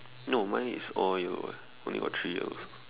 no mine is all yellow eh only got three yellow